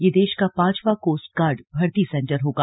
यह देश का पांचवां कोस्टगार्ड भर्ती सेंटर होगा